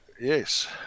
Yes